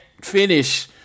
finish